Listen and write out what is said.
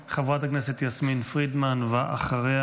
חברת הכנסת יסמין פרידמן, ואחריה,